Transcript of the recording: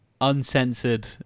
uncensored